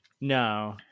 No